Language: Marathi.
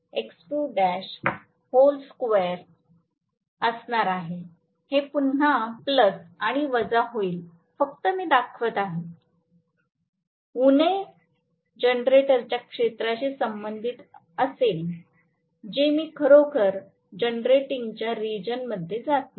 हे पुन्हा प्लस किंवा वजा होईल फक्त मी दाखवत आहे उणे जनरेटरच्या क्षेत्राशी संबंधित असेल जे मी खरोखर जेनेरेटिंग च्या रिजन मध्ये जात नाही